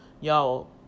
y'all